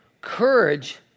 Courage